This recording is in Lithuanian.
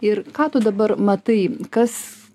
ir ką tu dabar matai kas